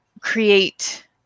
create